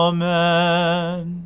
Amen